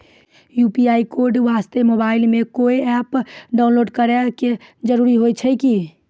UPI code वास्ते mobile मे कोय एप्प डाउनलोड करे के जरूरी होय छै की?